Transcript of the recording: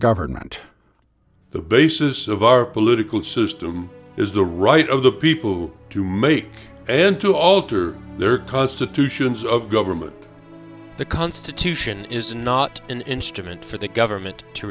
government the basis of our political system is the right of the people to make and to alter their constitution says of government the constitution is not an instrument for the government to